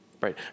Right